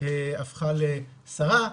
הפכה לשרה,